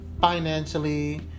financially